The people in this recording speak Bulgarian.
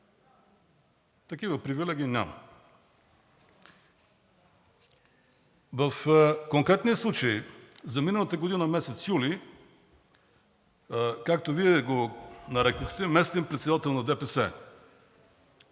Такива привилегии няма. В конкретния случай – за миналата година месец юли, както Вие го нарекохте, местен председател на ДПС,